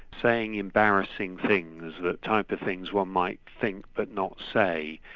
saying embarrassing things, the type of things one might think but not say.